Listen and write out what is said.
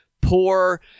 poor